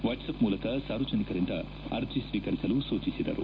ವಾಟ್ಲಪ್ ಮೂಲಕ ಸಾರ್ವಜನಿಕರಿಂದ ಅರ್ಜಿ ಸ್ವೀಕರಿಸಲು ಸೂಚಿಸಿದರು